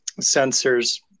sensors